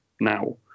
now